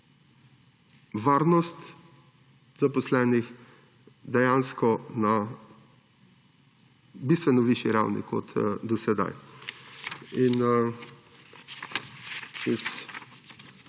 varnost zaposlenih dejansko na bistveno višji ravni kot do sedaj.